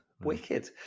Wicked